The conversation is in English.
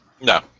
No